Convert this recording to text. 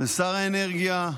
לשר האנרגיה,